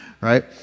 right